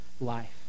life